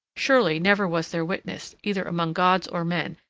surely never was there witnessed, either among gods or men,